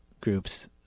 groups